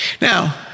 Now